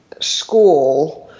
school